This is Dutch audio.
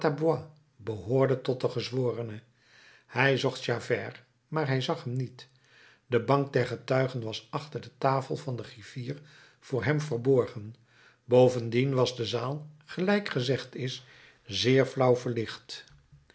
behoorde tot de gezworene hij zocht javert maar hij zag hem niet de bank der getuigen was achter de tafel van den griffier voor hem verborgen bovendien was de zaal gelijk gezegd is zeer flauw verlicht